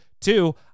Two